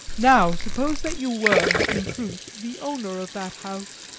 now suppose that you were, in truth, the owner of that house,